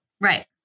Right